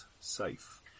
safe